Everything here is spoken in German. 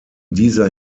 dieser